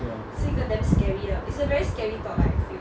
ya